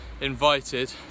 invited